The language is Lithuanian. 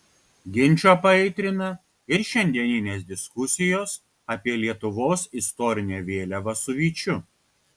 ginčą paaitrina ir šiandieninės diskusijos apie lietuvos istorinę vėliavą su vyčiu